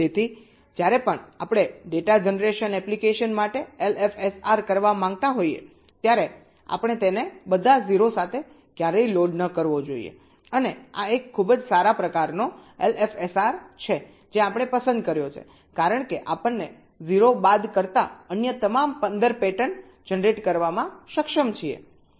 તેથી જ્યારે પણ આપણે ડેટા જનરેશન એપ્લિકેશન માટે એલએફએસઆર કરવા માંગતા હોઈએ ત્યારે આપણે તેને બધા 0 સાથે ક્યારેય લોડ ન કરવો જોઈએ અને આ એક ખૂબ જ સારો પ્રકારનો એલએફએસઆર છે જે આપણે પસંદ કર્યો છે કારણ કે આપણને 0 બાદ કરતાં અન્ય તમામ 15 પેટર્ન જનરેટ કરવામાં સક્ષમ છીએ